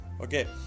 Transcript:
okay